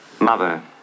Mother